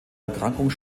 erkrankung